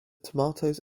tomatoes